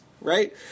right